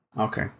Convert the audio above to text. Okay